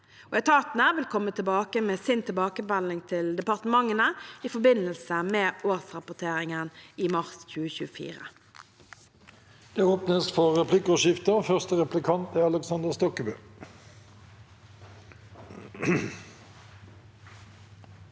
Etatene vil komme med sin tilbakemelding til departementene i forbindelse med årsrapporteringen i mars 2024.